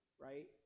Right